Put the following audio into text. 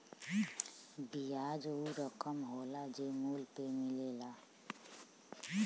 बियाज ऊ रकम होला जे मूल पे मिलेला